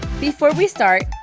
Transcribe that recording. before we start,